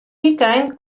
wykein